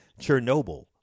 Chernobyl